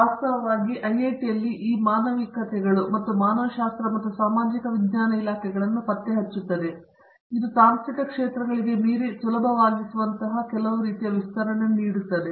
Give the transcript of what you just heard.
ವಾಸ್ತವವಾಗಿ ಐಐಟಿಯಲ್ಲಿ ಈ ಮಾನವಿಕತೆಗಳು ಮತ್ತು ಮಾನವಶಾಸ್ತ್ರ ಮತ್ತು ಸಾಮಾಜಿಕ ವಿಜ್ಞಾನ ಇಲಾಖೆಗಳನ್ನು ಪತ್ತೆಹಚ್ಚುತ್ತದೆ ಇದು ತಾಂತ್ರಿಕ ಕ್ಷೇತ್ರಗಳಿಗೆ ಮೀರಿ ಸುಲಭವಾಗಿಸುವಂತಹ ಕೆಲವು ರೀತಿಯ ವಿಸ್ತರಣೆ ನೀಡುತ್ತದೆ